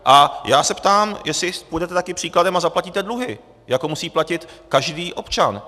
A já se ptám, jestli půjdete také příkladem a zaplatíte dluhy, jako musí platit každý občan.